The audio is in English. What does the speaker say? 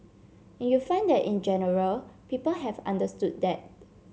and you find that in general people have understood that